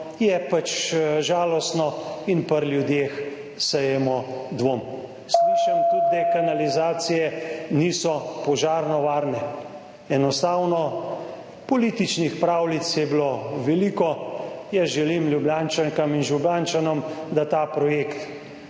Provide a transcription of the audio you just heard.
je pač žalostno in pri ljudeh sejemo dvom. / znak za konec razprave/ Slišim tudi, da kanalizacije niso požarno varne. Enostavno, političnih pravljic je bilo veliko. Jaz želim Ljubljančankam in Ljubljančanom, da ta projekt